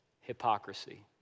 Hypocrisy